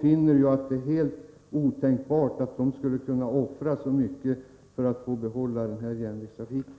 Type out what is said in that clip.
finner det helt otänkbart att offra så mycket för att få behålla järnvägstrafiken.